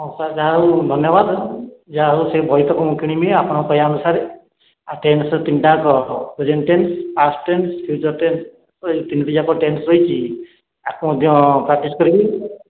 ହଉ ସାର୍ ଯାହାହେଉ ଧନ୍ୟବାଦ ଯାହାହେଉ ସେ ବହିତକ ମୁଁ କିଣିବି ଆପଣ କହିବା ଅନୁସାରେ ଆଉ ଟେନ୍ସର ତିନିଟାଯାକ present tense past tense future tense ଏଇ ତିନିଟି ଯାକ ଟେନ୍ସ ରହିଛି ତାକୁ ମଧ୍ୟ ପ୍ରାକ୍ଟିସ କରିବି